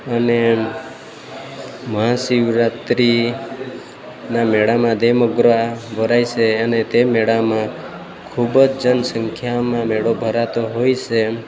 અને મહાશિવરાત્રિના મેળામાં દેવમોગરા ભરાય છે અને તે મેળામાં ખૂબ જનસંખ્યામાં મેળો ભરાતો હોય છે